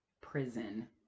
prison